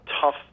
tough